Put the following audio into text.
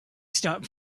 stop